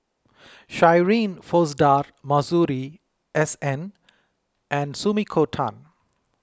Shirin Fozdar Masuri S N and Sumiko Tan